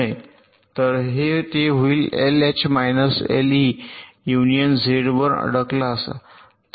तर ते होईल LH minus LE union Z 1 वर अडकलेला असा